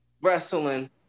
wrestling